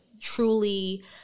truly